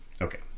Okay